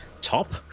top